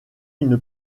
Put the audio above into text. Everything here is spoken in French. une